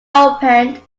opened